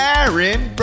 Aaron